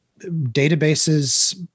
Databases